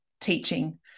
teaching